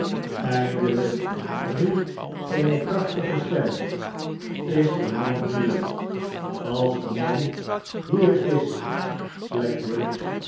eindelijk riep eene krachtige stem is de man hier als de man hier is